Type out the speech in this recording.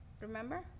Remember